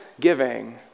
giving